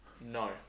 No